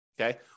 Okay